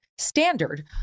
standard